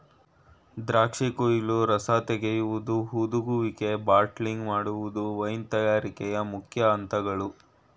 ದ್ರಾಕ್ಷಿ ಕುಯಿಲು, ರಸ ತೆಗೆಯುವುದು, ಹುದುಗುವಿಕೆ, ಬಾಟ್ಲಿಂಗ್ ಮಾಡುವುದು ವೈನ್ ತಯಾರಿಕೆಯ ಮುಖ್ಯ ಅಂತಗಳು